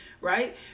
right